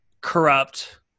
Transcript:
corrupt